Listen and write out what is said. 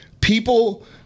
people